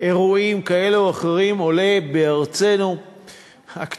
אירועים כאלה או אחרים עולה בארצנו הקטנטונת,